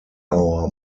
our